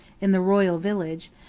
in the royal village,